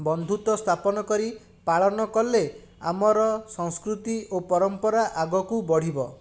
ବନ୍ଧୁତ୍ଵ ସ୍ଥାପନ କରି ପାଳନ କଲେ ଆମର ସଂସ୍କୃତି ଓ ପରମ୍ପରା ଆଗକୁ ବଢ଼ିବ